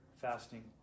fasting